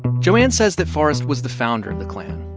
joanne says that forrest was the founder of the klan,